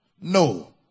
No